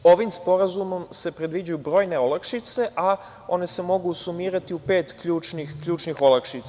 Ovim sporazumom se predviđaju brojne olakšice, a one se mogu sumirati u pet ključnih olakšica.